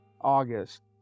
August